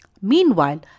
Meanwhile